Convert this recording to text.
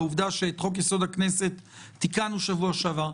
והעובדה שאת חוק-יסוד: הכנסת תיקנו בשבוע שעבר,